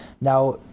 Now